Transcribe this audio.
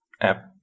app